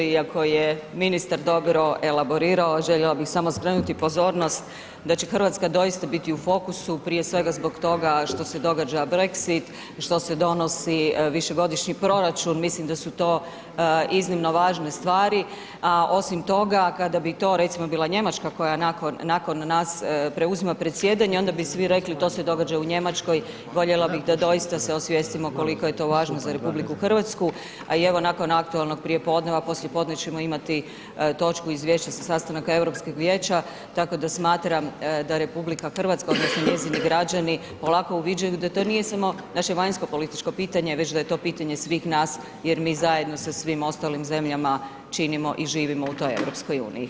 Iako je ministar dobro elaborirao, željela bi samo skrenuti pozornost da će Hrvatska doista biti u fokusu prije svega zbog toga što se događa Brexit, što se donosi višegodišnji proračun, mislim da su to iznimno važne stvari a osim toga kada bi to recimo bila Njemačka koja nakon nas preuzima predsjedanje, onda bi svi rekli to se događa u Njemačkoj, voljela bi da doista se osvijestimo koliko je to važno za RH a i evo nakon aktualnog prijepodneva, poslijepodne ćemo imati točku izvješće sa sastanaka Europskog Vijeća tako da smatram da RH odnosno njezini građani polako uviđaju da to nije samo naše vanjsko-političko pitanje već da je to pitanje svih nas jer mi zajedno sa svim ostalim zemljama činimo i živimo u toj EU.